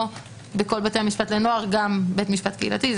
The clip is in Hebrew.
בכל בתי המשפט לנוער גם בית משפט קהילתי,